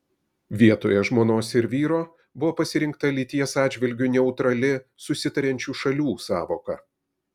vietoje žmonos ir vyro buvo pasirinkta lyties atžvilgiu neutrali susitariančių šalių sąvoka